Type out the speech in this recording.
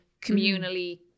communally